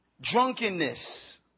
Drunkenness